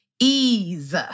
ease